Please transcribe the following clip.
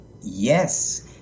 Yes